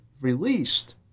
released